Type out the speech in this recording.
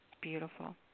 Beautiful